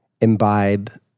imbibe